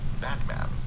Batman